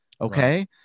Okay